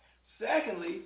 Secondly